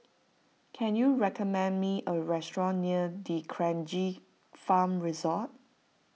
can you recommend me a restaurant near D'Kranji Farm Resort